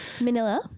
Manila